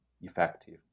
effective